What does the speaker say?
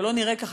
זה לא נראה כך,